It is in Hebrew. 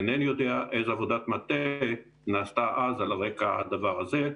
אינני יודע איזו עבודת מטה נעשתה אז על רקע הדבר הזה.